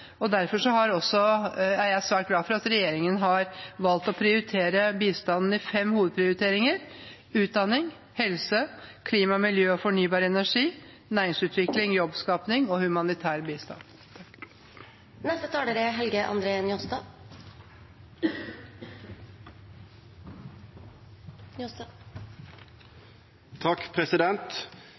alene. Derfor er jeg svært glad for at regjeringen har valgt å prioritere bistanden i fem hovedprioriteringer: utdanning, helse, klima, miljø og fornybar energi, næringsutvikling og jobbskaping og humanitær bistand.